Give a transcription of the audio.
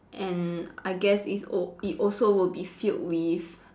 and I guess is o~ it also will be filled with